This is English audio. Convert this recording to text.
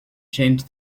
changed